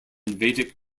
vedic